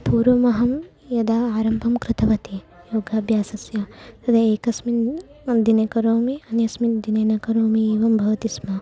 पूर्वमहं यदा आरम्भं कृतवती योगाभ्यासस्य तदा एकस्मिन् दिने करोमि अन्यस्मिन् दिने न करोमि एवं भवति स्म